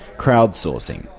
crowd-sourcing,